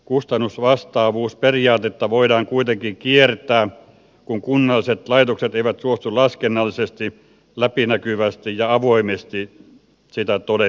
kustannusvastaavuusperiaatetta voidaan kuitenkin kiertää kun kunnalliset laitokset eivät suostu laskennallisesti läpinäkyvästi ja avoimesti sitä todentamaan